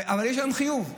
אבל יש היום חיוב.